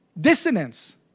dissonance